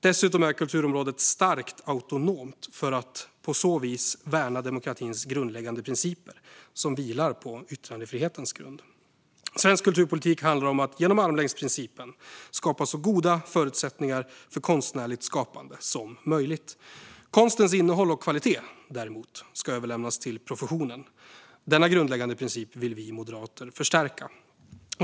Dessutom är kulturområdet starkt autonomt för att på så vis värna demokratins grundläggande principer, som vilar på yttrandefrihetens grund. Svensk kulturpolitik handlar om att genom armlängdsprincipen skapa så goda förutsättningar för konstnärligt skapande som möjligt. Konstens innehåll och kvalitet, däremot, ska överlämnas till professionen. Denna grundläggande princip vill vi moderater förstärka.